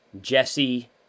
jesse